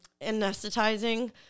anesthetizing